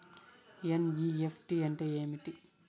NEFT అంటే ఏమి